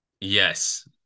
yes